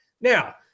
Now